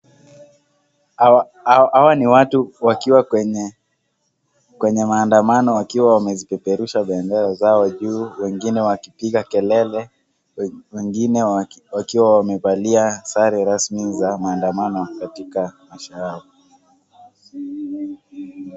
Hawa ni watu wakiwa kwenye maandamano wakiwa wamezipeperusha bendera zao juu. Wengine wakipiga kelele, wengine wakiwa wamevalia sare rasmi za maandamano katika maisha yao.